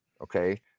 Okay